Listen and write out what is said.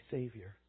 Savior